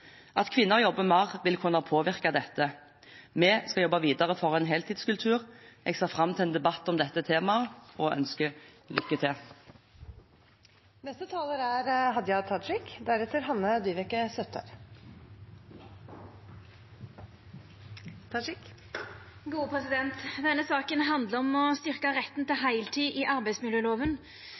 At kvinner jobber mer, vil kunne påvirke dette. Vi skal jobbe videre for en heltidskultur. Jeg ser fram til en debatt om dette temaet og ønsker lykke